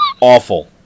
Awful